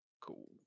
Cool